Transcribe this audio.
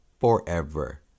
forever